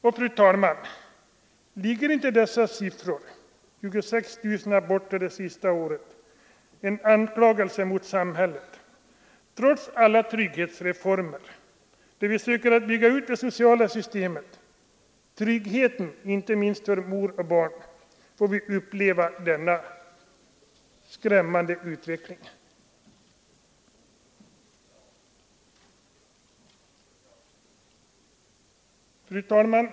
Ligger det inte, fru talman, i dessa siffror — 26 000 aborter det senaste året — en anklagelse mot samhället? Trots alla trygghetsreformer, där vi söker bygga ut det sociala systemet, inte minst tryggheten för mor och barn, får vi uppleva denna skrämmande utveckling. Fru talman!